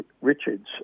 Richards